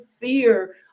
fear